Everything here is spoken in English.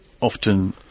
often